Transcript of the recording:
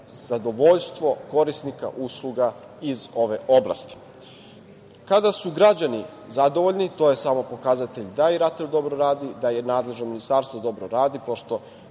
zadovoljstvo korisnika usluga iz ove oblasti. Kada su građani zadovoljni, to je samo pokazatelj da i RATEL dobro radi, da i nadležno ministarstvo dobro radi,